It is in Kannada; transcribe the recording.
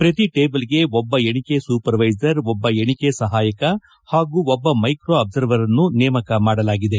ಪ್ರತಿ ಟೇಬಲ್ಗೆ ಒಬ್ಬ ಎಣಿಕೆ ಸೂಪರ್ವೈಸರ್ ಒಬ್ಬ ಎಣಿಕೆ ಸಹಾಯಕ ಹಾಗೂ ಒಬ್ಬ ಮೈಕ್ರೋ ಅಬ್ಬರ್ವರ್ನ್ನು ನೇಮಕ ಮಾಡಲಾಗಿದೆ